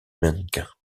mannequin